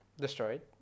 Destroyed